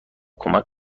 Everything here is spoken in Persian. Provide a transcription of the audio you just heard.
کمک